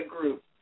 group